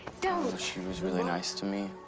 don't. she was really nice to me,